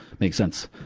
makes sense.